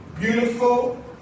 beautiful